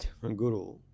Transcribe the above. Guru